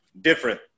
different